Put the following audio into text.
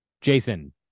Jason